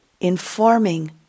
informing